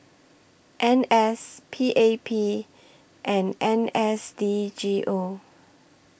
N S P A P and N S D G O